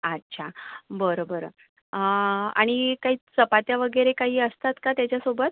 अच्छा बरं बरं आणि काही चपात्या वगैरे काही असतात का त्याच्यासोबत